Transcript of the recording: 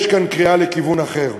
יש כאן קריאה לכיוון אחר.